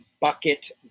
bucket